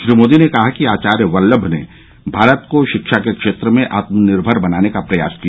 श्री मोदी ने कहा कि आचार्य वल्लभ ने भारत को शिक्षा के क्षेत्र में आत्मनिर्भर बनाने का प्रयास किया